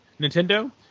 Nintendo